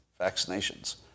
vaccinations